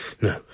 No